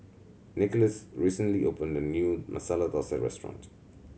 Nicholas recently opened a new Masala Dosa Restaurant